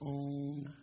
own